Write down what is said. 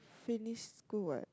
release school what